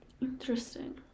Interesting